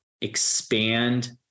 expand